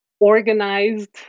organized